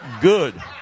good